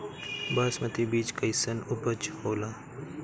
बासमती बीज कईसन उपज होला?